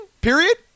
period